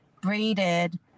braided